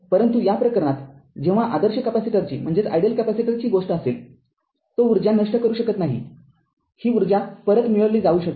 परंतु या प्रकरणातजेव्हा आदर्श कॅपेसिटरची गोष्ट असेल तो ऊर्जा नष्ट करू शकत नाहीही ऊर्जा परत मिळविली जाऊ शकते